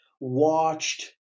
watched